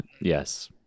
yes